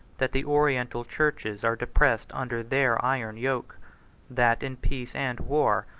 that the oriental churches are depressed under their iron yoke that, in peace and war,